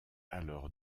alors